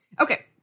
Okay